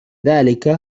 ذلك